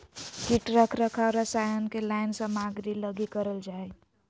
कीट रख रखाव रसायन के लाइन सामग्री लगी करल जा हइ